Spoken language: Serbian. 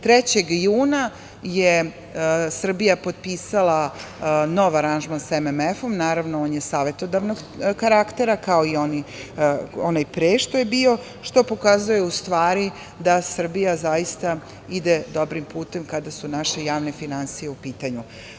Trećeg juna je Srbija potpisala nov aranžman sa MMF-om, naravno, on je savetodavnog karaktera, kao i onaj pre što je bio, što pokazuje, u stvari, da Srbija zaista ide dobrim putem kada su naše javne finansije u pitanju.